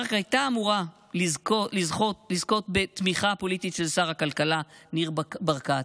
מארק הייתה אמורה לזכות בתמיכה פוליטית של שר הכלכלה ניר ברקת,